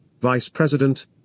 vice-president